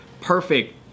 perfect